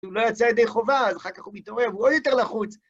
אם לא יצא ידי חובה, אז אחר כך הוא מתעורר, הוא עוד יותר לחוץ.